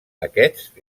aquest